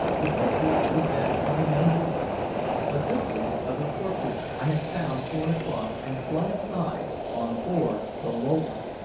the picture was that of a young girl a duplicate of the portrait i had found torn across and flung aside on board the lola!